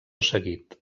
seguit